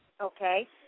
Okay